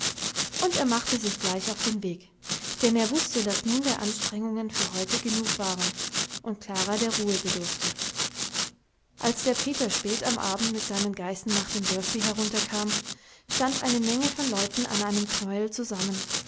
und er machte sich gleich auf den weg denn er wußte daß nun der anstrengungen für heute genug waren und klara der ruhe bedurfte als der peter spät am abend mit seinen geißen nach dem dörfli herunter kam stand eine menge von leuten an einem knäuel zusammen